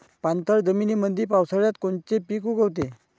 पाणथळ जमीनीमंदी पावसाळ्यात कोनचे पिक उगवते?